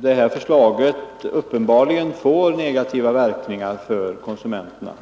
det här förslaget uppenbarligen får negativa verkningar för konsumenterna.